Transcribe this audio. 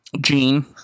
Gene